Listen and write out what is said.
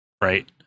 right